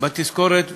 בתזכורת ובהזדהות.